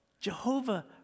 Jehovah